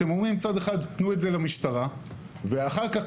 אתם מצד אחד אומרים תנו את זה למשטרה ואחר כך,